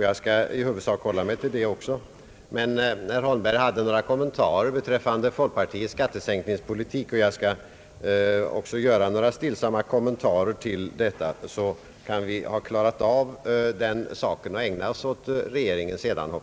Jag skall också i huvudsak hålla mig på den linjen, men herr Holmberg fällde några omdömen beträffande = folkpartiets <skattesänkningspolitik och därför börjar jag med några stillsamma kommentarer på den punkten, så att vi får klara av den saken och, som jag hoppas, kan ägna oss åt regeringen sedan.